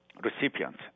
recipients